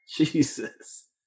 Jesus